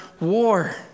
war